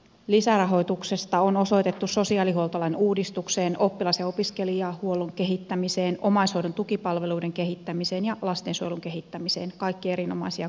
lisärahoituksesta on osoitettu varoja sosiaalihuoltolain uudistukseen oppilas ja opiskelijahuollon kehittämiseen omaishoidon tukipalveluiden kehittämiseen ja lastensuojelun kehittämiseen kaikki erinomaisia kohteita